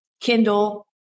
kindle